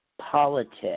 politics